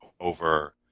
over